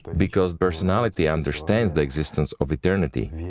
because the personality understands the existence of eternity,